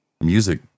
music